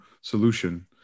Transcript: solution